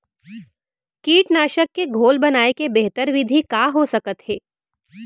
कीटनाशक के घोल बनाए के बेहतर विधि का हो सकत हे?